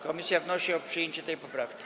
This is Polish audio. Komisja wnosi o przyjęcie tej poprawki.